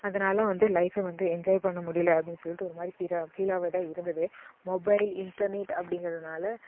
அதனால் வந்து லைஃபை வந்து என்ஜாய் பண்ண முடியல அப்படின்னு சொல்லிட்டு ஒரு மாதிரி ஃபீலாக ஃபீலாகவே தான் இருந்தது மொபைல் இன்டர்நெட் அப்டிங்கிறதனால